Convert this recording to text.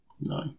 No